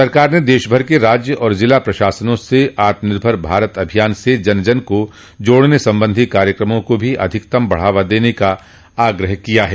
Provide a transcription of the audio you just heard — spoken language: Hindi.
सरकार ने दशभर के राज्य और जिला प्रशासनों से आत्मनिर्भर भारत अभियान से जन जन को जोड़ने संबंधी कार्यक्रमों को भी अधिकतम बढ़ावा देने का आग्रह किया है